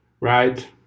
right